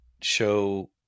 show